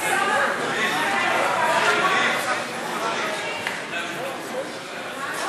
ההצעה להחזיר עניין מסוים בהצעת חוק התכנון והבנייה (תיקון מס' 107